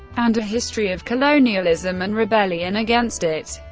and a history of colonialism and rebellion against it.